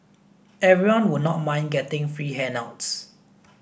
everyone would not mind getting free handouts